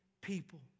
people